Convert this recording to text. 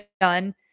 done